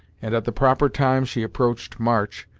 and at the proper time she approached march,